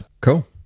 cool